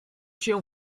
się